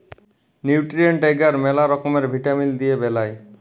nutrient এগার ম্যালা রকমের ভিটামিল দিয়ে বেলায়